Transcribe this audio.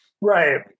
Right